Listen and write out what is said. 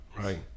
Right